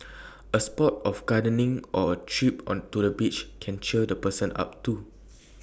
A spot of gardening or A trip on to the beach can cheer the person up too